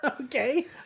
okay